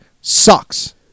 sucks